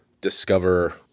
discover